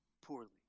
poorly